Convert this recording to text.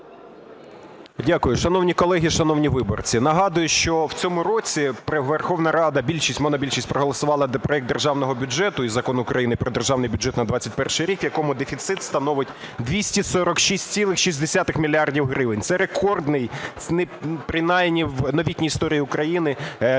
Дякую. Шановні колеги! Шановні виборці! Нагадую, що в цьому році Верховна Рада, більшість, монобільшість проголосувала за проект державного бюджету і Закон України про Державний бюджет на 21-й рік, в якому дефіцит становить 246,6 мільярда гривень. Це рекордний, принаймні в новітній історії України, дефіцит